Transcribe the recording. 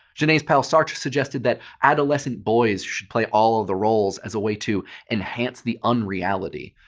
genet's pal sartre suggested that adolescent boys should play all the roles as a way to enhance the unreality.